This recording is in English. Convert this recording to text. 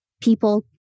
people